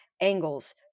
angles